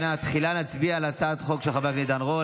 תחילה נצביע על הצעת החוק של חבר הכנסת עידן רול,